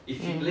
mm